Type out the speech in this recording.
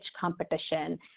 competition